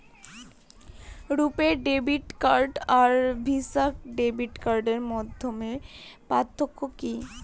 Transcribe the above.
রূপে debit card আর Visa debit কার্ডের মধ্যে পার্থক্য কি?